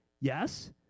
Yes